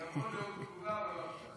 יבוא נאום תגובה, אבל לא עכשיו.